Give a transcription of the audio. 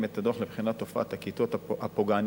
את הדוח לבחינת תופעת הכתות הפוגעניות